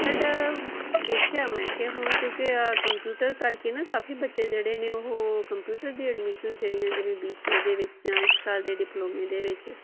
ਸਾਡਾ ਵੇਖਿਆ ਮੈਂ ਕਿ ਹੁਣ ਕਿਉਂਕਿ ਆਹ ਕੰਪਿਊਟਰ ਕਰਕੇ ਨਾ ਕਾਫ਼ੀ ਬੱਚੇ ਜਿਹੜੇ ਨੇ ਉਹ ਕੰਪਿਊਟਰ ਦੀ ਐਡਮਿਸ਼ਨਸ ਜਿਹੜੀਆਂ ਜਿਵੇਂ ਬੀ ਸੀ ਏ ਦੇ ਵਿੱਚ ਜਾਂ ਇੱਕ ਸਾਲ ਦੇ ਡਿਪਲੋਮੇ ਦੇ ਵਿੱਚ